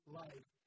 life